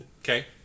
okay